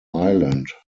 island